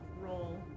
roll